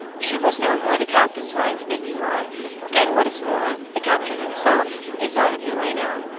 she was no more the captain's wife than you are and what is more, the captain himself is out of your way now.